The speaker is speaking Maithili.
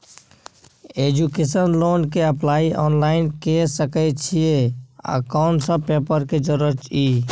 एजुकेशन लोन के अप्लाई ऑनलाइन के सके छिए आ कोन सब पेपर के जरूरत इ?